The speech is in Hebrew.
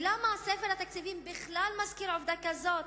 ולמה ספר התקציבים בכלל מזכיר עובדה כזאת,